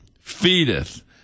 feedeth